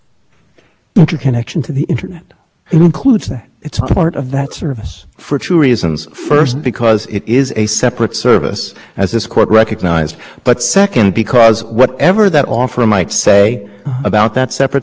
says we have made a promise to retail customers that we were engaged in common carriage relationships with edge providers so they can enforce that under title two our answer is it's just not so and there's nothing there's no footnote there's no citation there's